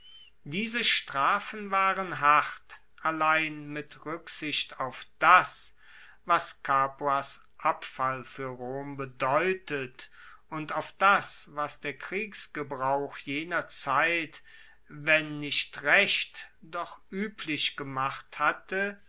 diese strafen waren hart allein mit ruecksicht auf das was capuas abfall fuer rom bedeutet und auf das was der kriegsgebrauch jener zeit wenn nicht recht doch ueblich gemacht hatte